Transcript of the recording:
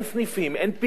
אין סניפים, אין פעילות,